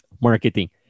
Marketing